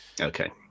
Okay